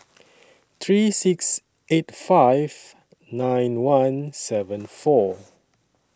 three six eight five nine one seven four